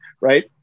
right